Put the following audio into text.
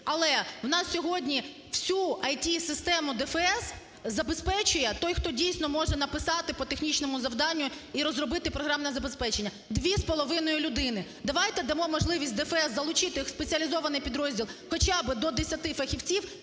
Але й нас сьогодні всю ІТ-систему ДФС забезпечує той, хто, дійсно, може написати по технічному завданню і розробити програмне забезпечення, дві з половиною людини. Давайте дамо можливість ДФС залучити в спеціалізований підрозділ хоча би до 10 фахівців